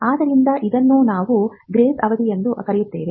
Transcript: ಆದ್ದರಿಂದ ಇದನ್ನು ನಾವು ಗ್ರೇಸ್ ಅವಧಿ ಎಂದು ಕರೆಯುತ್ತೇವೆ